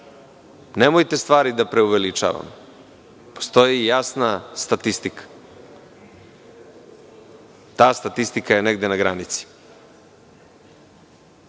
nemojte stvari da preuveličavamo. Postoji jasna statistika. Ta statistika je negde na granici.